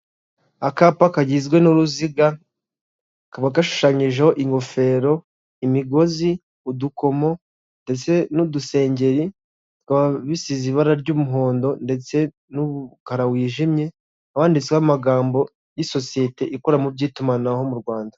Akapa kagizwe n'uruziga kaba gashushanyijeho ingofero, imigozi ,udukomo ndetse n'udusengeri bikaba bisize ibara ry'umuhondo ndetse n'umukara wijimye wanditseho amagambo y'isosiyete ikora mu by'itumanaho mu Rwanda.